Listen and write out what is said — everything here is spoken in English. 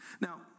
Now